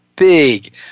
Big